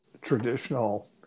traditional